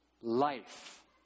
life